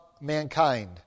mankind